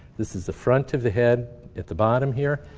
this is the front of the head at the bottom here.